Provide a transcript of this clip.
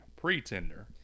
pretender